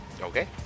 Okay